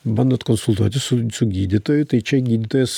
bandot konsultuotis su su gydytoju tai čia gydytojas